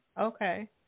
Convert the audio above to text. Okay